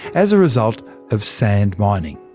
as a result of sand mining.